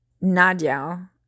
Nadia